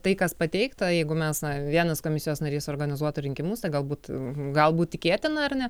tai kas pateikta jeigu mes vienas komisijos narys organizuotų rinkimus tai galbūt gal būt tikėtina ar ne